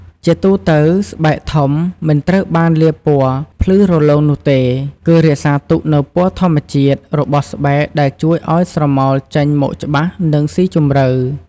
ជាទូទៅ ស្បែកធំមិនត្រូវបានលាបពណ៌ភ្លឺរលោងនោះទេ គឺរក្សាទុកនូវពណ៌ធម្មជាតិរបស់ស្បែកដែលជួយឲ្យស្រមោលចេញមកច្បាស់ និងស៊ីជម្រៅ។